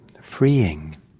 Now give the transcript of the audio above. freeing